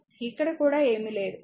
ఇక్కడ కూడా ఏమీ లేదు